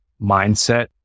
mindset